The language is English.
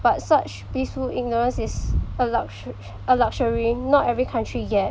but such peaceful ignorance is a luxur~ a luxury not every country get